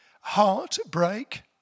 heartbreak